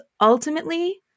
ultimately